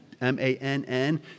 M-A-N-N